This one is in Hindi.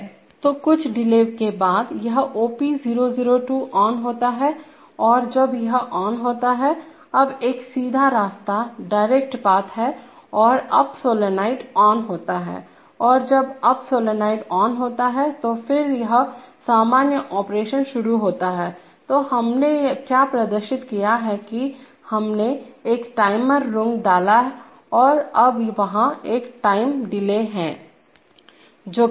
तो कुछ डिले के बाद यह OP002 ऑन होता है और जब यह ऑन होता है अब एक सीधा रास्ताडायरेक्ट पाथ है और अप सोलेनाइड ऑन होता है और जब अप सोलेनाइड ऑन होता है तो फिर यह सामान्य ऑपरेशन शुरू होता है तो हमने क्या प्रदर्शित किया है कि हमने एक टाइमर रुंग डाला और अब वहां एक टाइम डिले है